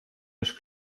mich